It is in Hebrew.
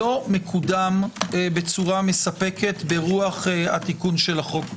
לא מקודם בצורה מספקת ברוח התיקון של החוק.